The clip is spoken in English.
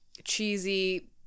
Cheesy